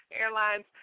Airlines